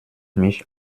mich